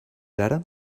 ara